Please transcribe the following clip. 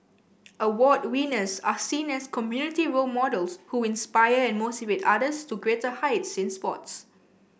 award winners are seen as community role models who inspire and motivate others to greater heights in sports